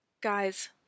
Guys